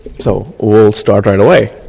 so will start right away.